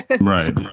Right